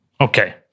Okay